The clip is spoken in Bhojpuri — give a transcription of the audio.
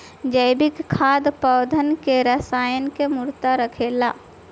जैविक खाद पौधन के रसायन मुक्त रखेला